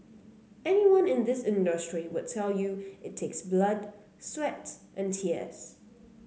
anyone in this industry will tell you it takes blood sweat and tears